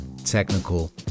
technical